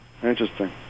interesting